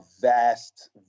vast